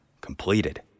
completed